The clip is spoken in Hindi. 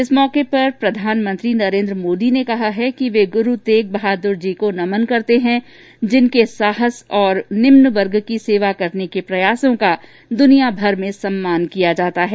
इस अवसर पर प्रधानमंत्री नरेन्द्र मोदी ने कहा है कि वे गुरु तेग बहादुर जी को नमन करते हैं जिनके साहस और निम्न वर्ग की सेवा करने के प्रयासों का दुनियाभर में सम्मान किया जाता है